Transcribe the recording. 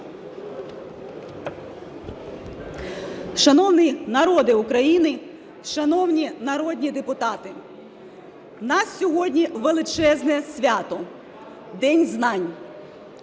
Шановний народе України! Шановні народні депутати! У нас сьогодні величезне свято – День знань.